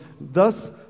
Thus